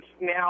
now